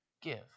give